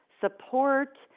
support